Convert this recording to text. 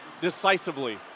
decisively